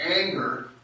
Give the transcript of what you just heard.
anger